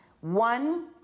One